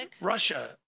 Russia